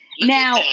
Now